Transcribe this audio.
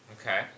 Okay